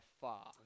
far